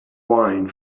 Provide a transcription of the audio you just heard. wine